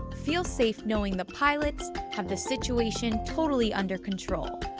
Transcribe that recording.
feel safe knowing the pilots have the situation totally under control.